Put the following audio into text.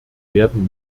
werden